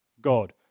God